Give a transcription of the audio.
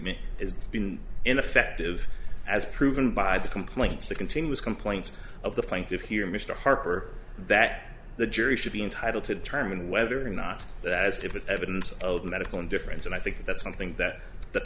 been ineffective as proven by the complaints the continuous complaints of the plaintiff here mr harper that the jury should be entitled to determine whether or not that as if it's evidence of medical indifference and i think that's something that the